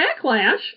backlash